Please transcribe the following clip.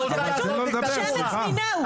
את רוצה לעשות דיקטטורה,